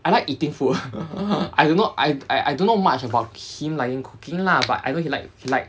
I like eating food I do not I I I don't know much about him liking cooking lah but I know he like he like